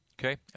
Okay